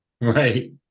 Right